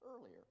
earlier